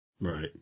Right